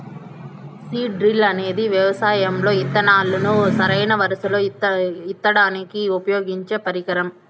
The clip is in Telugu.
సీడ్ డ్రిల్ అనేది వ్యవసాయం లో ఇత్తనాలను సరైన వరుసలల్లో ఇత్తడానికి ఉపయోగించే పరికరం